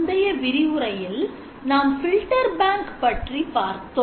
முந்தைய விரிவுரையில் நாம் filter bank பற்றி பார்த்தோம்